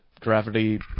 Gravity